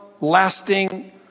lasting